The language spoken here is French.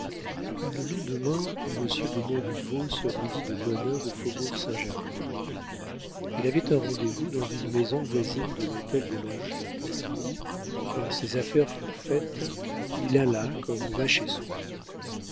le lendemain monsieur de montriveau se rendit de bonne heure au faubourg saint-germain il avait un rendez-vous dans une maison voisine de l'hôtel de langeais où quand ses affaires furent faites il alla comme on va chez soi